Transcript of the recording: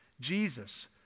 Jesus